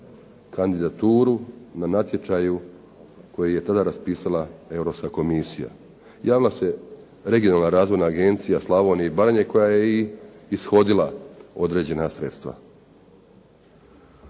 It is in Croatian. kandidaturu na natječaju koji je tada raspisala Europska komisija. Javila se Regionalna razvojna agencija Slavonije i Baranje koja je i ishodila određena sredstva.